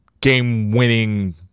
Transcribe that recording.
game-winning